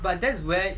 but that's where